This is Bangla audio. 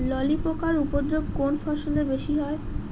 ললি পোকার উপদ্রব কোন ফসলে বেশি হয়?